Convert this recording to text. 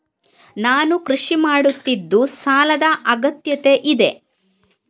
ನಾನು ಕೃಷಿ ಮಾಡುತ್ತಿದ್ದು ಸಾಲದ ಅಗತ್ಯತೆ ಇದೆ?